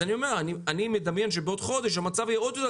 אני מדמיין שבעוד חודש המצב יהיה עוד יותר